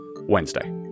Wednesday